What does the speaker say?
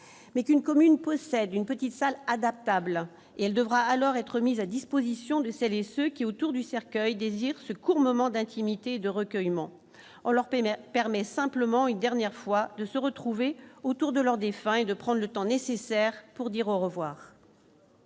mais qu'une commune possède une petite salle adaptable et elle devra alors être mises à disposition de celles et ceux qui autour du cercueil désire ce court moment d'intimité et de recueillement, on leur paye mais permet simplement une dernière fois de se retrouver autour de leurs défunts et de prendre le temps nécessaire pour dire au revoir.